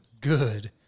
good